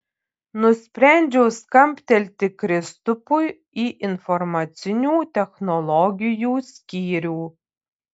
nusprendžiau skambtelti kristupui į informacinių technologijų skyrių